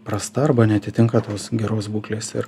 prasta arba neatitinka tos geros būklės ir